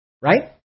right